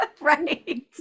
right